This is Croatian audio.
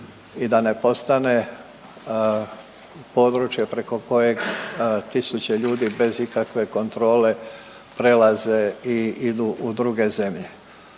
i da ne postane područje preko kojeg tisuće ljudi bez ikakve kontrole prelaze i idu u druge zemlje.